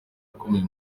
ukomeye